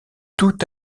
tout